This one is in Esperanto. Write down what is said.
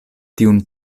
tiun